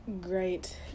great